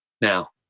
now